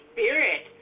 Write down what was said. Spirit